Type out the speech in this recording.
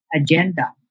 agenda